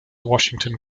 washington